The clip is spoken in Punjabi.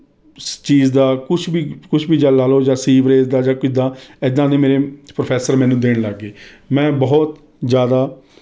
ਸੀ ਚੀਜ਼ ਦਾ ਕੁੱਝ ਵੀ ਕੁੱਝ ਵੀ ਜਾਂ ਲਾ ਲੋ ਜਾਂ ਸੀਵਰੇਜ਼ ਦਾ ਜਾਂ ਕਿੱਦਾ ਇੱਦਾ ਦੇ ਮੇਰੇ ਪ੍ਰੋਫੈਸਰ ਮੈਨੂੰ ਦੇਣ ਲੱਗ ਗਏ ਮੈਂ ਬਹੁਤ ਜ਼ਿਆਦਾ